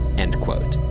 end quote.